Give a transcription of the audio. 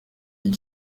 ico